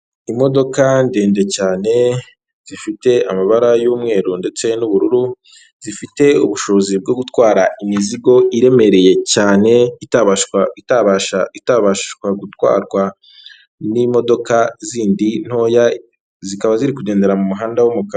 Imodoka ndende cyane zifite amabara y'umweru ndetse n'ubururu, zifite ubushobozi bwo gutwara imizigo iremereye cyane itabashwa gutwarwa n'imodoka zindi ntoya, zikaba ziri kugendera mu muhanda...